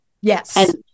Yes